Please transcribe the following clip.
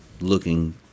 looking